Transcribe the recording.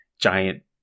giant